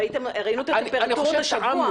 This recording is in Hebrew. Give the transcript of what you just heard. ראינו את הטמפרטורות השבוע.